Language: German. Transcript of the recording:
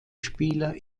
spieler